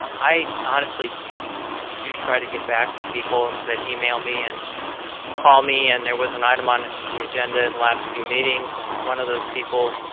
i honestly do try to get back to people that email me and call me and there was an item on the agenda in the last few meetings and one of those people,